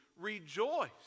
Rejoice